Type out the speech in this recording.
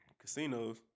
casinos